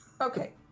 Okay